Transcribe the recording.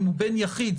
אם הוא בן יחיד,